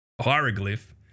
hieroglyph